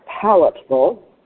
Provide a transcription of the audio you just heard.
palatable